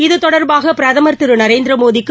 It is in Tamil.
இது தொடர்பாக பிரதமர் திரு நரேந்திரமோடிக்கு